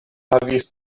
havas